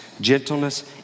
gentleness